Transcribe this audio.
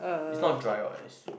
it's not dry what